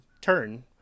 turn